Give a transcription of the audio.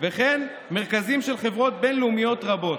וכן מרכזים של חברות בין-לאומיות רבות.